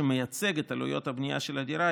שמייצג את עלויות הבנייה של הדירה,